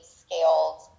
scaled